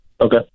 Okay